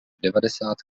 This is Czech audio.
devadesát